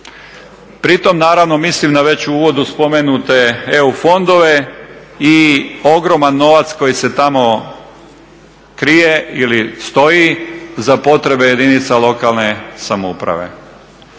Pri tom naravno mislim na već u uvodu spomenute EU fondove i ogroman novac koji se tamo krije ili stoji za potrebe jedinica lokalne samouprave.